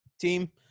team